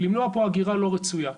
למנוע פה הגירה לא רצויה.